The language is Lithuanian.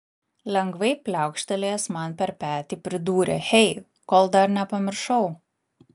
lengvai pliaukštelėjęs man per petį pridūrė hey kol dar nepamiršau